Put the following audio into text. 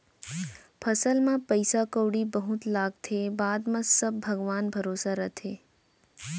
फसल म पइसा कउड़ी बहुत लागथे, बाद म सब भगवान भरोसा रथे